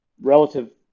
relative